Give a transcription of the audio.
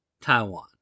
Taiwan